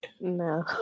No